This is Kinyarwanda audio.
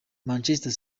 manchester